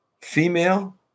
Female